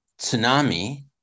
tsunami